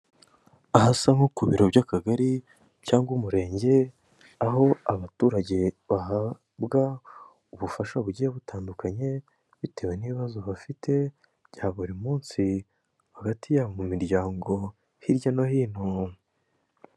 Ahasa nko ku biro by'akagari cyangwa umurenge aho abaturage bahabwa ubufasha bugiye butandukanye, bitewe n'ibibazo bafite bya buri munsi hagati yabo mu miryango hirya no hino.